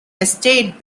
estate